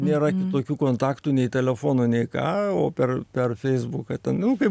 nėra kitokių kontaktų nei telefono nei ką o per per feisbuką ten nu kai